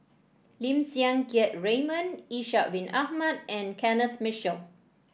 Lim Siang Keat Raymond Ishak Bin Ahmad and Kenneth Mitchell